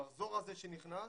המחזור הזה שנכנס,